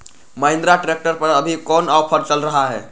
Mahindra tractor पर अभी कोन ऑफर चल रहा है?